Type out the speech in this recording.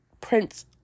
Prince